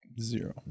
zero